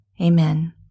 Amen